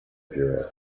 bureau